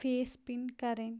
face پِن کَرٕنۍ